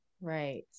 right